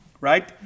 right